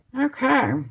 Okay